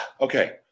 Okay